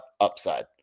upside